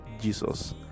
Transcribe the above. Jesus